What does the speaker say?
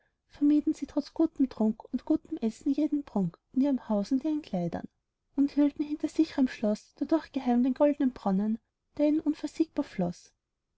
vermieden sie trotz gutem trunk und gutem essen jeden prunk in ihrem haus und ihren kleidern und hielten hinter sich'rem schloß dadurch geheim den goldnen bronnen der ihnen unversiegbar floß